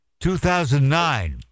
2009